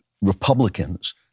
Republicans